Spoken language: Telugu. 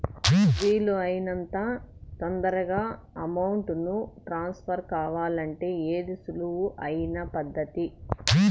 వీలు అయినంత తొందరగా అమౌంట్ ను ట్రాన్స్ఫర్ కావాలంటే ఏది సులువు అయిన పద్దతి